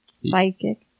Psychic